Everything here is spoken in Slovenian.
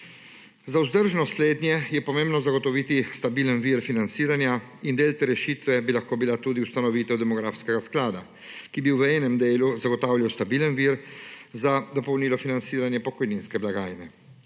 Za vzdržnost slednje je pomembno zagotoviti stabilen vir financiranja in del te rešitve bi lahko bila tudi ustanovitev demografskega sklada, ki bi v enem delu zagotavljal stabilen vir za dopolnilo financiranja pokojninske blagajne.